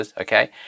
okay